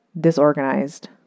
disorganized